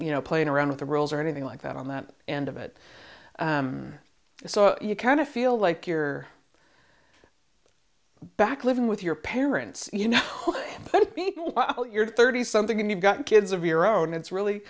you know playing around with the rolls or anything like that on that end of it so you kind of feel like you're back living with your parents you know let me go well you're thirty something and you've got kids of your own it's really